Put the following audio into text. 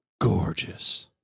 gorgeous